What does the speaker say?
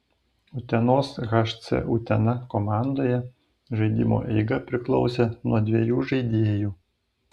utenos hc utena komandoje žaidimo eiga priklausė nuo dviejų žaidėjų